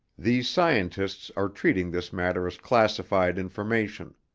these scientists are treating this matter as classified information.